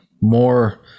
more